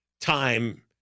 time